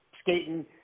skating